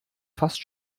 fast